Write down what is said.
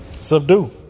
Subdue